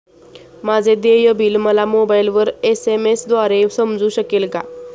माझे देय बिल मला मोबाइलवर एस.एम.एस द्वारे समजू शकेल का?